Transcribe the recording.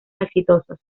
exitosos